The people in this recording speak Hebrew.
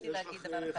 צריך לסיים את הדיון.